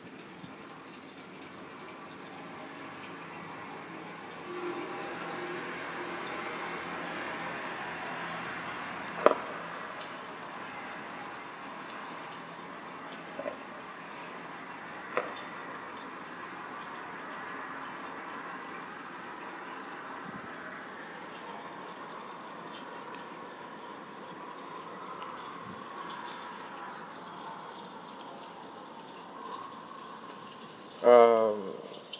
um